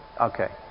Okay